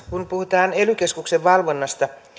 kun puhutaan ely keskuksen valvonnasta